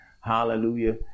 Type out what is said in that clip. hallelujah